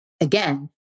Again